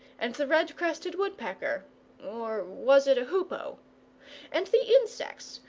and the red-crested woodpecker or was it a hoo-poe and the insects,